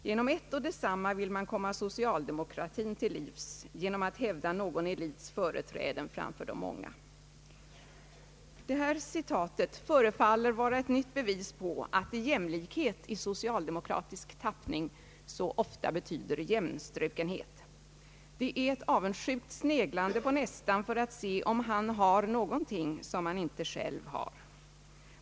Genom ett och detsamma vill man komma socialdemokratin till livs: genom att hävda någon elits företräden framför de många.» Det här citatet förefaller vara ett nytt bevis på att jämlikhet i socialdemokratisk tappning så ofta betyder jämnstrukenhet. Det är ett avundsjukt sneglande på nästan för att se om han har något som man själv inte har.